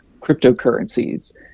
cryptocurrencies